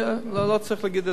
לא צריך להגיד את כל הפרטים.